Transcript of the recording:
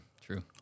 true